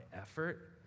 effort